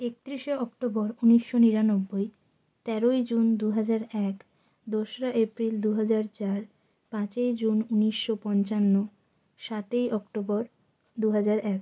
একতিরিশে October উনিশশো নিরানব্বই তেরোই জুন দু হাজার এক দোসরা এপ্রিল দু হাজার চার পাঁচই জুন উনিশশো পঞ্চান্ন সাতই অক্টোবর দু হাজার এক